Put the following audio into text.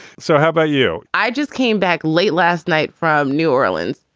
so how about you? i just came back late last night from new orleans.